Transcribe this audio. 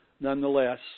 nonetheless